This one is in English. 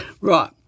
Right